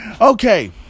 Okay